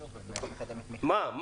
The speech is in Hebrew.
מה?